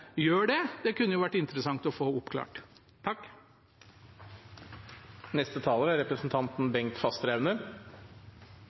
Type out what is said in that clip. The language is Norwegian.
gjør det? Det kunne det vært interessant å få oppklart.